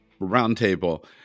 roundtable